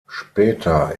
später